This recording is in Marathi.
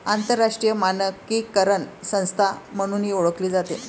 आंतरराष्ट्रीय मानकीकरण संस्था म्हणूनही ओळखली जाते